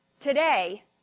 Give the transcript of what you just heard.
today